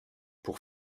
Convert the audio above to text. pour